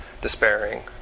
despairing